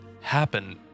happen